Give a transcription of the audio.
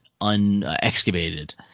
unexcavated